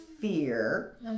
fear